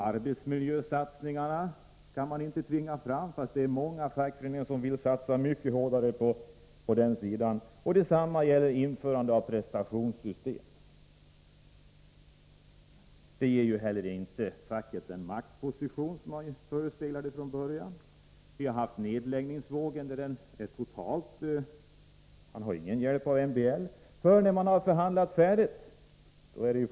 Arbetsmiljösatsningar kan man inte tvinga fram, fast Torsdagen den det är många fackföreningar som vill satsa mycket hårdare på den sidan, och 24 november 1983 detsamma gäller införande av prestationssystem. MBL ger inte heller facket den maktposition som man förespeglade från början. Vi har haft nedlägg Medbestämmandeningsvågen, totalt utan hjälp av MBL. När man förhandlat färdigt är det frågorm.m.